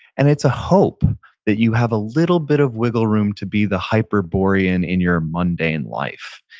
and it's a hope that you have a little bit of wiggle room to be the hyperborean in your mundane life.